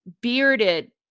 bearded